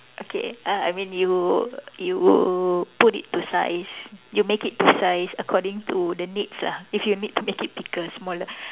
okay uh I mean you you put it to size you make it to size according to the needs lah if you need to make it bigger smaller